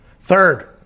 third